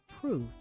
proof